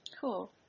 Cool